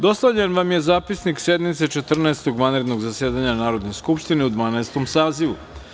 Dostavljen vam je zapisnik sednice Četrnaestog vanrednog zasedanja Narodne skupštine u Dvanaestom sazivu.